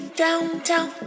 downtown